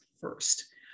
first